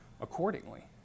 accordingly